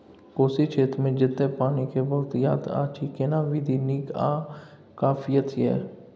कोशी क्षेत्र मे जेतै पानी के बहूतायत अछि केना विधी नीक आ किफायती ये?